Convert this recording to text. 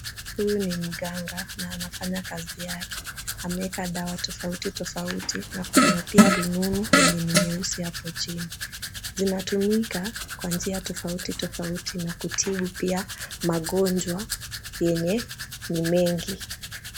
Huyu ni mganga na anafanya kazi yake. Ameweka dawa tofauti tofauti na pia kuna rununu yenye ni nyeusi hapo chini. Zinatumika kwa njia tofuati tofauti na kutibu pia magonjwa yenye ni mengi.